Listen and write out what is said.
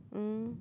mm